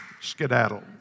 skedaddle